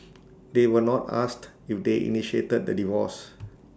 they were not asked if they initiated the divorce